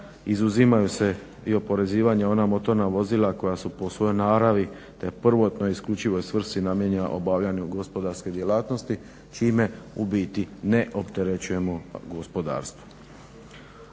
izuzimaju se i oporezivanja ona motorna vozila koja su po svojoj naravi prvotno i isključivoj svrsi namijenjena obavljanju gospodarske djelatnosti čime u biti ne opterećujemo gospodarstvo.